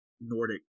Nordic